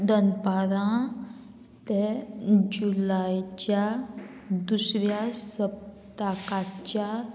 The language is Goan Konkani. दनपारां ते जुलायच्या दुसऱ्या सप्तकाच्या